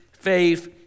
faith